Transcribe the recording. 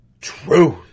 truth